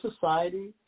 society